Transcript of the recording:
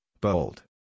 bold